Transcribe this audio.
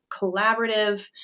collaborative